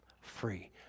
free